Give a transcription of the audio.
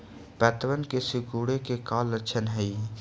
पत्तबन के सिकुड़े के का लक्षण हई?